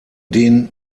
den